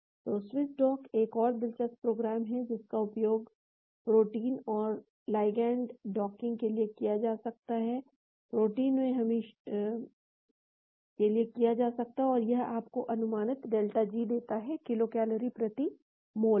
तो Swiss dock एक और दिलचस्प प्रोग्राम है जिसका उपयोग प्रोटीन पर लिगेंड डॉकिंग के लिए किया जा सकता है और यह आपको अनुमानित डेल्टा जी देता है किलो कैलोरी प्रति मोल में